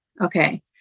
Okay